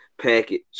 package